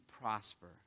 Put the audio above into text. prosper